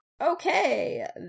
Okay